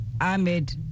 Ahmed